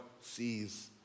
sees